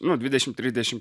nu dvidešim trisdešim